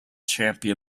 champion